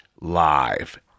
live